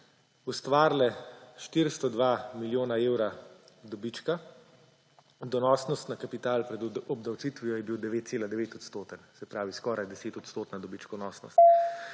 ustvarile 402 milijona evra dobička. Donosnost na kapital pred obdavčitvijo je bila 9,9-odstotna. Se pravi, skoraj 10-odstotna dobičkonosnost.